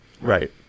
Right